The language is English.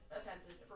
offenses